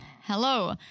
hello